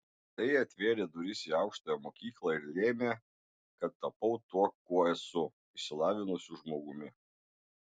tai atvėrė duris į aukštąją mokyklą ir lėmė kad tapau tuo kuo esu išsilavinusiu žmogumi